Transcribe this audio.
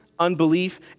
Unbelief